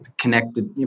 connected